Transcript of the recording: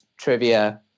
Trivia